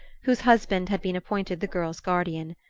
whose husband had been appointed the girl's guardian.